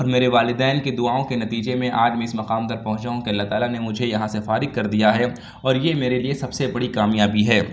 اور میرے والدین کے دُعاؤں کے نتیجے میں آج میں اِس مقام تک پہنچا ہوں کہ اللہ تعالیٰ نے مجھے یہاں سے فارغ کر دیا ہے اور یہ میرے لیے سب سے بڑی کامیابی ہے